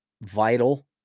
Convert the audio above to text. vital